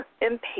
impatient